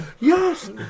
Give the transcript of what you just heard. yes